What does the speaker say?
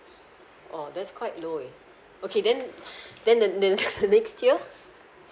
oh that's quite low okay okay then then the the next tier